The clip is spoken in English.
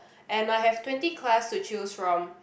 and I have twenty class to choose from